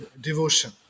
devotion